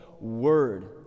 word